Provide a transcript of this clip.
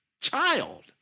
child